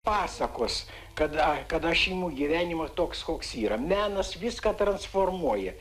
pasakos kada kad aš imu gyvenimą toks koks yra menas viską transformuoja